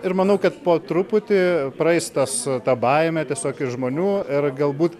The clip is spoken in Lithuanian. ir manau kad po truputį praeis tas ta baimė tiesiog iš žmonių ir galbūt